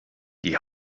die